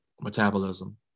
metabolism